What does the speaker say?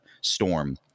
storm